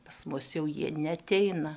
pas mus jau jie neateina